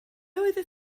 oeddet